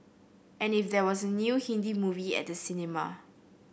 and if there was a new Hindi movie at the cinema